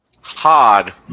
Hard